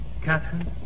Catherine